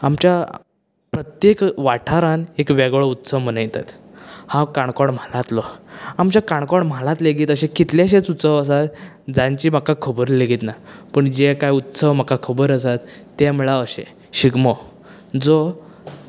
आमच्या प्रत्येक वाठारान एक वेगळो उत्सव मनयतात हांव काणकोण म्हालांतलो आमच्या काणकोण म्हालांत लेगीत अशें कितलेंशेंच उत्सव आसा जांची म्हाका खबर लेगीत ना पूण जे कांय उत्सव म्हाका खबर आसा तें म्हळ्यार अशें शिगमो जो